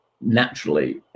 naturally